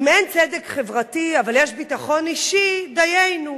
אם אין צדק חברתי אבל יש ביטחון אישי, דיינו,